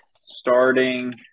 Starting